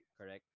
correct